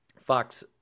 Fox